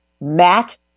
Matt